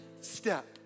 step